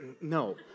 no